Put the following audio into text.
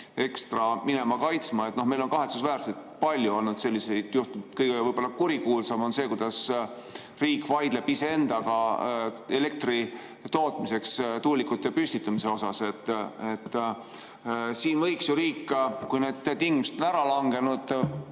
ennast kaitsma. Meil on kahetsusväärselt palju olnud selliseid juhtumeid ja kõige võib-olla kurikuulsam on see, kuidas riik vaidleb iseendaga elektri tootmiseks tuulikute püstitamise üle. Riik võiks ju, kui need tingimused on ära langenud,